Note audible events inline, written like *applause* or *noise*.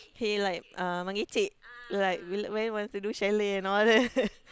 he like uh megecek like we where want to chalet and all that *laughs*